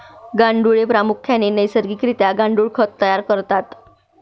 गांडुळे प्रामुख्याने नैसर्गिक रित्या गांडुळ खत तयार करतात